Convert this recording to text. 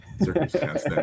circumstance